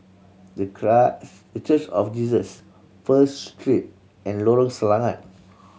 The The Church of Jesus First Street and Lorong Selangat